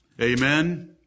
Amen